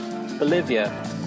Bolivia